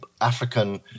African